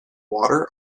water